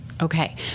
Okay